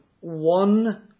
One